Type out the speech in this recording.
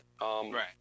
right